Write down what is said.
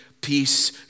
peace